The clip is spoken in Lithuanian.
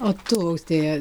o tu austėja